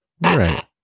Right